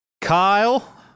Kyle